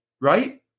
Right